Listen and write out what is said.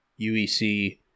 UEC